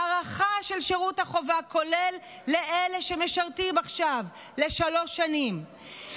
הארכה של שירות החובה כולל לאלה שמשרתים עכשיו לשלוש שנים,